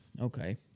Okay